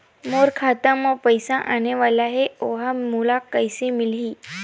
मोर खाता म पईसा आने वाला हे ओहा मोला कइसे मिलही?